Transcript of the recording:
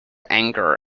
anger